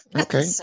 Okay